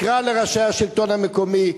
תקרא לראשי השלטון המקומי,